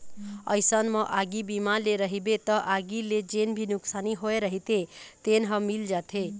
अइसन म आगी बीमा ले रहिबे त आगी ले जेन भी नुकसानी होय रहिथे तेन ह मिल जाथे